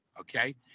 Okay